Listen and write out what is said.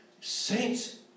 saints